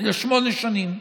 לשמונה שנים.